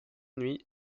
nuit